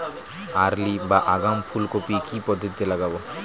Early বা আগাম ফুল কপি কি পদ্ধতিতে লাগাবো?